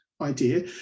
idea